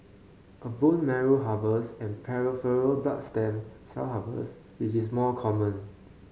a bone marrow harvest and peripheral blood stem cell harvest which is more common